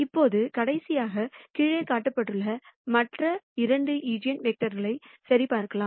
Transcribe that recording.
இப்போது கடைசியாக கீழே காட்டப்பட்டுள்ள மற்ற இரண்டு ஈஜென்வெக்டர்களை சரிபார்க்கலாம்